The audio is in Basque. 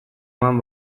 eman